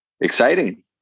exciting